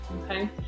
okay